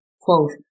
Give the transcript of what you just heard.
quote